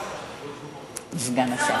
סגן השר.